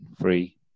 free